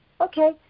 Okay